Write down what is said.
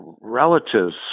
relatives